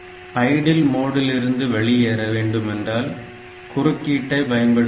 idle மோடில் இருந்து வெளியேற வேண்டும் என்றால் குறுக்கீட்டை பயன்படுத்த வேண்டும்